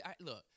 look